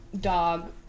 dog